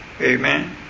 Amen